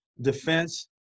defense